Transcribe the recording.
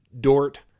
Dort